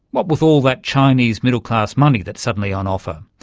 what with all that chinese middle-class money that's suddenly on offer.